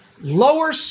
lower